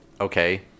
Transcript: okay